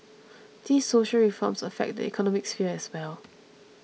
these social reforms affect the economic sphere as well